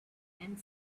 and